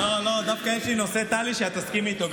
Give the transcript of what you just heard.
דווקא יש לי נושא שאת תסכימי איתו,